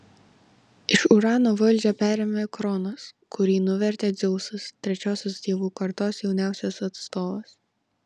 iš urano valdžią perėmė kronas kurį nuvertė dzeusas trečiosios dievų kartos jauniausias atstovas